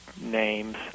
names